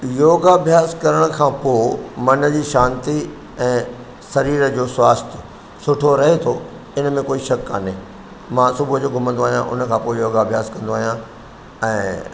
योगा अभ्यास करण खां पोइ मन जी शांती ऐं शरीर जो स्वास्थ सुठो रहे थो इन में कोई शक कोन्हे मां सुबुह जो घुमंदो आहियां उन खां पो योगा अभ्यासु कंदो आहियां ऐं